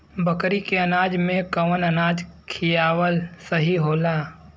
बकरी के अनाज में कवन अनाज खियावल सही होला?